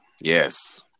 Yes